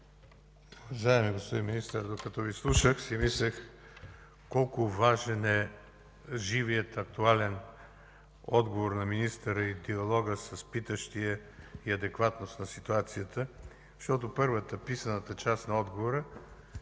Уважаеми господин Министър, докато Ви слушах си мислех колко важен е живият, актуален отговор на министъра, диалога с питащия и адекватност на ситуацията. Защото, първата, писаната част на отговора,